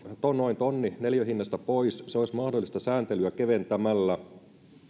noin tonni pois se olisi mahdollista sääntelyä keventämällä